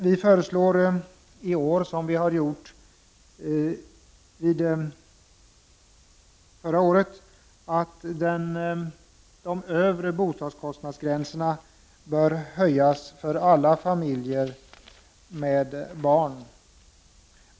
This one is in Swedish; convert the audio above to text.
Vi föreslår i år, liksom vi gjorde vid förra årets behandling av frågan, att de övre bostadskostnadsgränserna bör höjas för alla familjer med barn.